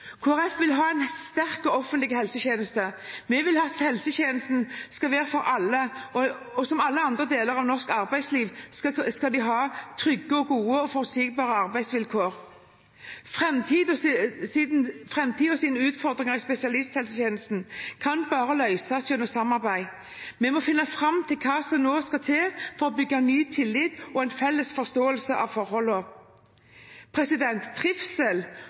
Folkeparti vil ha en sterk offentlig helsetjeneste. Vi vil at helsetjenesten skal være for alle, og som i alle andre deler av norsk arbeidsliv skal det være trygge, gode og forutsigbare arbeidsvilkår. Framtidens utfordringer i spesialisthelsetjenesten kan bare løses gjennom samarbeid. Vi må finne fram til hva som skal til for å bygge ny tillit og en felles forståelse av forholdene. Trivsel